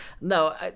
No